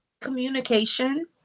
communication